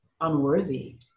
unworthy